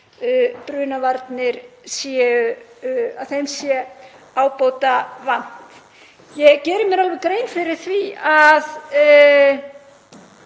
brunavörnum sé ábótavant. Ég geri mér alveg grein fyrir því að